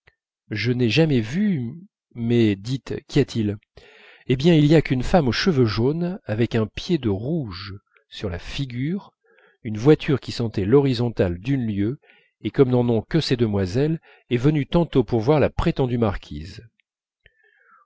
je n'ai jamais vu mais dites qu'y a-t-il eh bien il y a qu'une femme aux cheveux jaunes avec un pied de rouge sur la figure une voiture qui sentait l'horizontale d'une lieue et comme n'en ont que ces demoiselles est venue tantôt pour voir la prétendue marquise